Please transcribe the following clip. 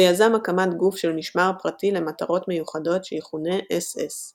הוא יזם הקמת גוף של משמר פרטי למטרות מיוחדות שיכונה "אס אס".